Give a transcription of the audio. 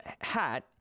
hat